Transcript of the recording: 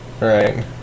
right